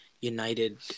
United